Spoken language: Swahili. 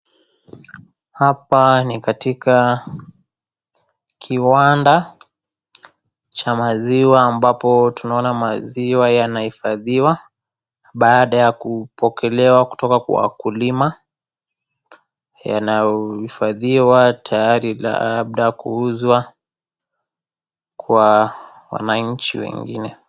Hapa ni katika kiwanda cha maziwa ambapo tunaona maziwa yanahifadhiwa baada ya kupokelewa kutoka kwa wakulima, yanayohifadhiwa tayari labda kuuzwa kwa wananchi wengine.